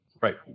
right